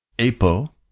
apo